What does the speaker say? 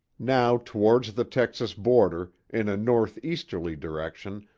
now towards the texas border, in a north-easterly direction,